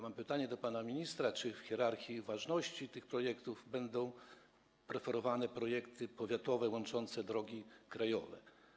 Mam pytanie do pana ministra: Czy jeżeli chodzi o hierarchię ważności tych projektów, będą preferowane projekty powiatowe łączące drogi krajowe?